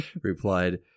replied